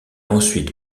ensuite